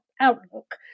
outlook